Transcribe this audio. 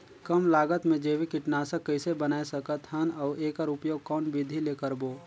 कम लागत मे जैविक कीटनाशक कइसे बनाय सकत हन अउ एकर उपयोग कौन विधि ले करबो?